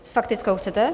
S faktickou chcete?